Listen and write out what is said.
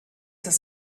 das